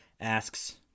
asks